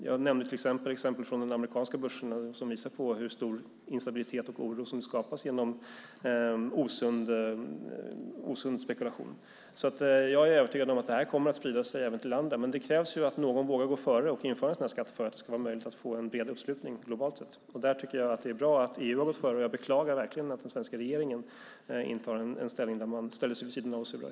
Jag nämnde exempel från den amerikanska börsen som visar hur stor instabilitet och oro som skapas genom osund spekulation. Jag är övertygad om att detta kommer att sprida sig även till andra. Men det krävs att någon vågar gå före och införa en sådan skatt för att det ska vara möjligt att få en bred uppslutning globalt sett. Där tycker jag att det är bra att EU har gått före, och jag beklagar verkligen att den svenska regeringen intar en ställning där man ställer sig vid sidan av och surar.